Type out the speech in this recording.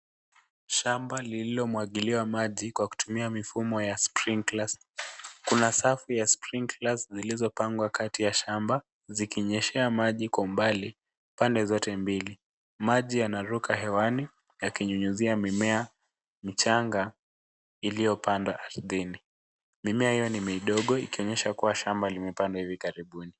Shamba lililomwagiliwa maji kwa kutumia mifumo wa sprinklers . Kuna safu ya sprinklers zilizopangwa kati ya shamba zikinyeshea maji kwa umbali pande zote mbili. Maji yanaruka hewani yakinyunyizia mimea michanga iliyopandwa ardhini. Mimea hiyo ni midogo ikionyesha kuwa shamba limepandwa hivi karibuni.